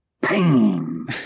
pain